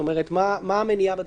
מה המניעה?